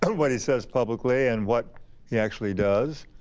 and what he says publicly and what he actually does,